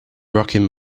rocking